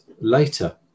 later